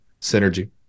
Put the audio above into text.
synergy